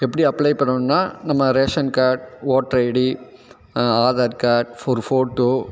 எப்படி அப்ளை பண்ணணுன்னால் நம்ம ration card voter ID Aadhaar card ஒரு ஃபோட்டோ